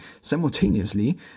simultaneously